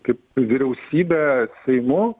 kaip vyriausybe seimu